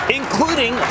including